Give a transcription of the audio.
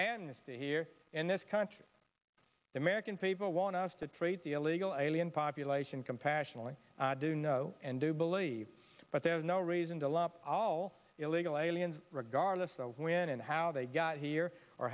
and stay here in this country the american people want us to treat the illegal alien population compassionately do know and do believe but there's no reason to lump all illegal aliens regardless of when and how they got here or